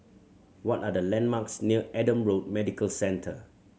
what are the landmarks near Adam Road Medical Centre